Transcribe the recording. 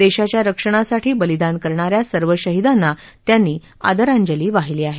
देशाच्या रक्षणासाठी बलिदान करणा या सर्व शहीदांना त्यांनी आदरांजली वाहिली आहे